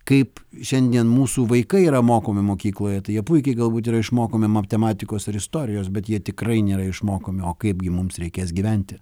kaip šiandien mūsų vaikai yra mokomi mokykloje tai jie puikiai galbūt yra išmokomi matematikos ir istorijos bet jie tikrai nėra išmokomi o kaipgi mums reikės gyventi